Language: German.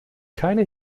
keine